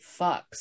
fucks